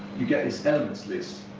you get this elements list.